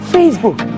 Facebook